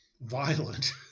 violent